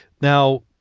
Now